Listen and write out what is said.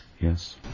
Yes